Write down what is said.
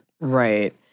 Right